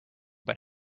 but